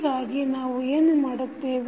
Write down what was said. ಹೀಗಾಗಿ ನಾವು ಏನು ಮಾಡುತ್ತೇವೆ